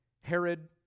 Herod